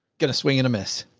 get a swing and a miss.